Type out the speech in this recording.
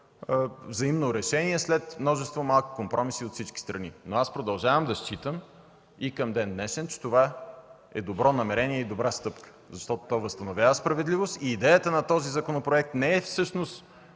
взаимно решение след множество малки компромиси от всички страни. Аз продължавам и към ден днешен да считам, че това е добро намерение и добра стъпка, защото то възстановява справедливостта. Идеята на законопроекта не е да се